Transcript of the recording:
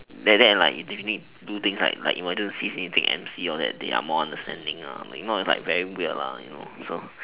that that and like if you need do things like like emergency you need take M_C all that they are more understanding meanwhile is like very weird you know so